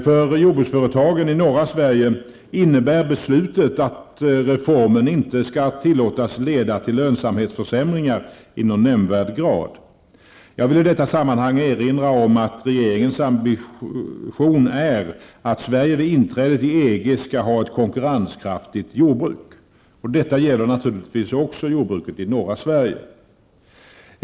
För jordbruksföretagen i norra Sverige innebär beslutet att reformen inte skall tillåtas leda till lönsamhetsförsämringar i någon nämnvärd grad. Jag vill i detta sammanhang erinra om att regeringens ambition är att Sverige vid inträdet i EG skall ha ett konkurrenskraftigt jordbruk. Detta gäller naturligtvis även jordbruket i norra Sverige.